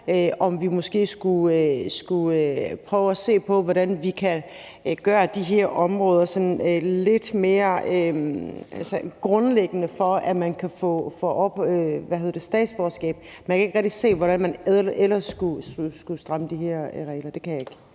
det. Måske skulle vi prøve at se på, hvordan vi kan gøre de her områder til sådan noget lidt mere grundlæggende for, at man kan få statsborgerskab. Men jeg kan ikke rigtig se, hvordan man ellers skulle stramme de her regler. Det kan jeg ikke.